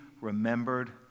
remembered